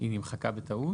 היא נמחקה בטעות?